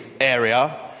area